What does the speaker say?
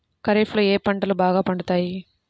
ఖరీఫ్లో ఏ పంటలు బాగా పండుతాయి?